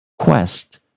quest